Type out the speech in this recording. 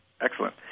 Excellent